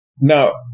Now